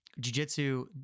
jujitsu